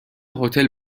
هتل